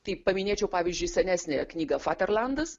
tai paminėčiau pavyzdžiui senesnę knygą faterlandas